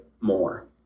more